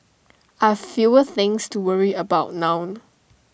I've fewer things to worry about now